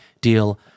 deal